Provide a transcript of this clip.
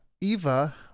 Eva